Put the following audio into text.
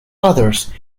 others